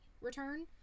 return